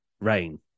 rain